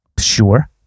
Sure